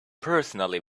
personally